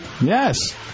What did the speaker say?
Yes